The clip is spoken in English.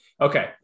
Okay